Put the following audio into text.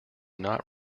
not